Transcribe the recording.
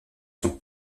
son